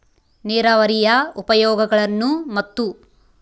ನೇರಾವರಿಯ ಉಪಯೋಗಗಳನ್ನು ಮತ್ತು?